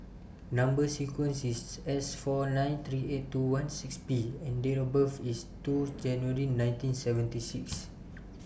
Number sequence IS S four nine three eight two one six P and Date of birth IS two January nineteen seventy six